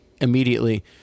immediately